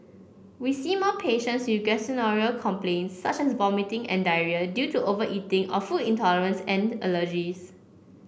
we see more patients you gastrointestinal complaints such as vomiting and diarrhoea due to overeating or food intolerance and allergies